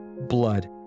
blood